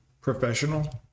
professional